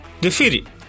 Defeated